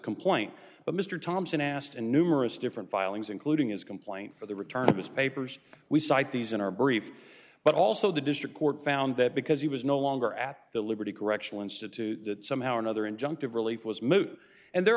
complaint but mr thompson asked in numerous different filings including his complaint for the return of his papers we cite these in our brief but also the district court found that because he was no longer at the liberty correctional institute that somehow or another injunctive relief was moot and there